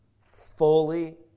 fully